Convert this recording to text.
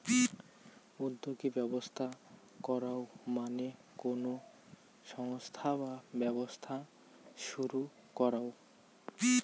উদ্যোগী ব্যবস্থা করাঙ মানে কোনো সংস্থা বা ব্যবসা শুরু করাঙ